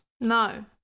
No